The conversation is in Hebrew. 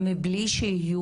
מבלי שיהיו